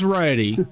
ready